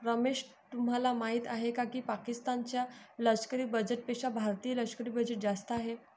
रमेश तुम्हाला माहिती आहे की पाकिस्तान च्या लष्करी बजेटपेक्षा भारतीय लष्करी बजेट जास्त आहे